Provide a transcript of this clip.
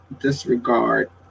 disregard